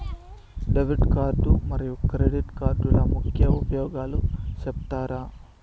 Debit card మరియు credit కార్డుల ముఖ్య ఉపయోగాలు సెప్తారా?